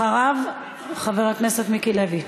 אחריו, חבר הכנסת מיקי לוי.